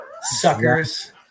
suckers